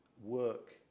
work